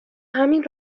همین